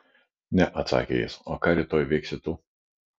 ne atsakė jis o ką rytoj veiksi tu